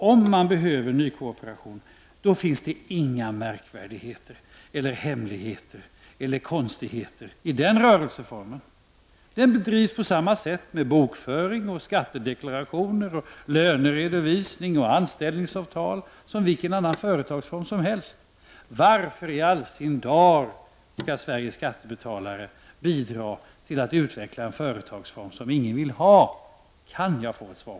Om man behöver nykooperation finns det inga märkvärdigheter, hemligheter eller konstigheter i den rörelseformen. Den bedrivs på samma sätt som vilken annan företagsform som helst med bokföring, skattedeklaration, löneredovisning och anställningsavtal. Varför skall Sveriges skattebetalare bidra till att utveckla en företagsform som ingen vill ha? Kan jag få ett svar på det?